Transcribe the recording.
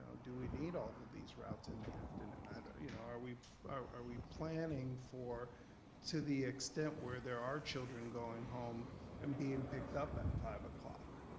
do we need all of of these routes in the afternoon? and you know are we are we planning to the extent where there are children going home and being picked up at five o'clock?